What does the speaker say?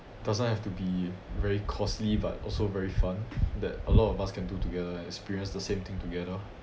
doesn't have to be very costly but also very fun that a lot of us can do together and experience the same thing together